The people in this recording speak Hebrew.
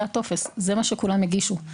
זה הטופס, זה מה שכולם הגישו.